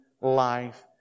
life